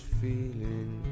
feeling